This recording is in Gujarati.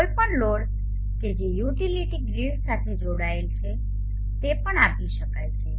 કોઈપણ લોડ કે જે યુટિલિટી ગ્રીડ સાથે જોડાયેલ છે તે પણ આપી શકાય છે